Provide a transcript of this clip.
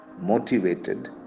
motivated